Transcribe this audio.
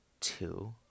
two